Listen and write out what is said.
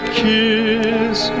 kiss